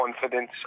confidence